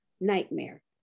nightmare